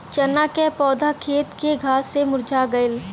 चन्ना क पौधा खेत के घास से मुरझा गयल